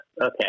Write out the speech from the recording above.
okay